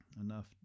enough